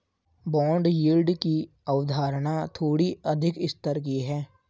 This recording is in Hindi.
बॉन्ड यील्ड की अवधारणा थोड़ी अधिक स्तर की है